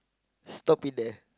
stop it there